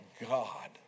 God